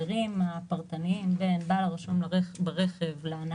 אני מדבר אתך על כל מעסיק.